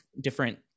different